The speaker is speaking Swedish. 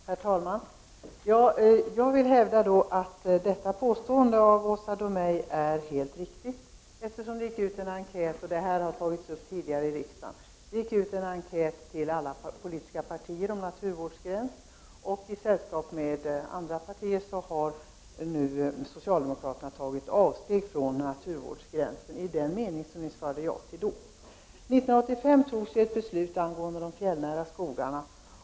Herr talman! Jag vill hävda att Åsa Domeijs påstående är helt riktigt. Det gick ut en enkät — frågan har tagits upp tidigare i riksdagen — till alla politiska partier om en naturvårdsgräns. I sällskap med andra partier har socialdemokraterna nu tagit avstånd från naturvårdsgränsen i den meningen att de då svarade ja till frågan. År 1985 fattades ett beslut om de fjällnära skogarna.